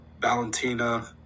Valentina